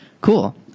Cool